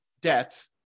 debt